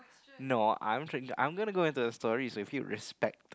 no I'm trying I'm going to go into the stories so if you would respect